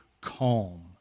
calm